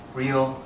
real